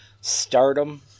stardom